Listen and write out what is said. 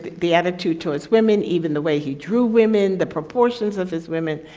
the attitude towards women even the way he drew women the proportions of his women,